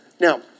Now